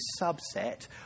subset